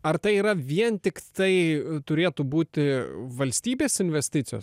ar tai yra vien tiktai turėtų būti valstybės investicijos